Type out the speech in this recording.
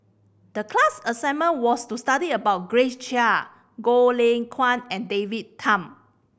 the class assignment was to study about Grace Chia Goh Lay Kuan and David Tham